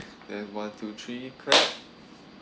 then one two three clap